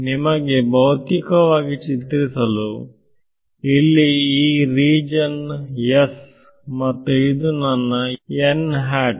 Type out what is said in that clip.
ನಿಮಗೆ ಭೌತಿಕವಾಗಿ ಚಿತ್ರಿಸಲು ಇಲ್ಲಿ ಈ ರೀಜನ್ S ಮತ್ತು ಇದು ನನ್ನ n ಹ್ಯಾಟ್